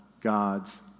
God's